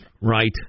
Right